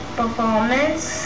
performance